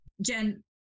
Jen